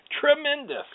tremendous